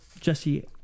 Jesse